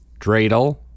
Dreidel